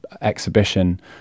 exhibition